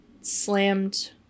slammed